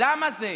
למה זה,